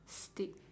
stick